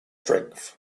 strength